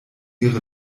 ihre